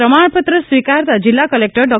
પ્રમાણપત્ર સ્વીકારતા જિલ્લા કલેક્ટર ડૉ